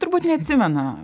turbūt neatsimena